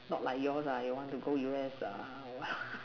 not like yours ah you want to go U_S err well